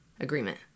agreement